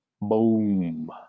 Boom